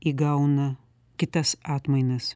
įgauna kitas atmainas